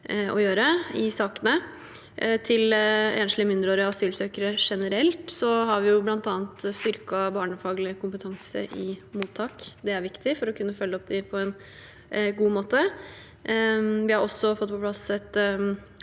å gjøre i sakene. For enslige mindreårige asylsøkere generelt har vi bl.a. styrket barnefaglig kompetanse i mottak. Det er viktig for å kunne følge dem opp på en god måte. Vi har også fått på plass et